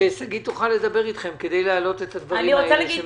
ששגית תוכל לדבר אתכם כדי להעלות את הדברים האלה.